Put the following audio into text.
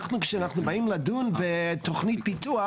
כאשר אנחנו באים לדון בתכנית פיתוח,